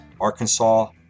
Arkansas